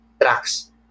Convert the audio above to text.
tracks